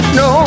no